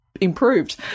improved